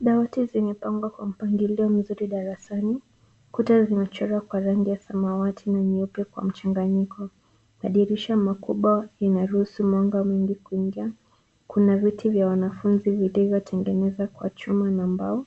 Dawati zimepangwa kwa mpangilio mzuri darasani. Kuta zimechorwa kwa rangi ya samawati na nyeupe kwa mchanganyiko. Madirisha makubwa yanaruhusu mwanga mwingi kuingia kwenye viti vya wanafunzi, vilivyotengenezwa kwa chuma na mbao.